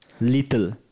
Little